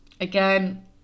Again